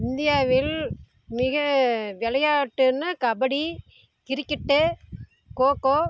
இந்தியாவில் மிக விளையாட்டுன்னா கபடி கிரிக்கெட்டு கோ கோ